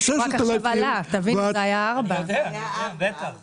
והסכום עלה, לפני כן הוא היה 4,000 שקל בשנה.